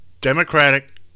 Democratic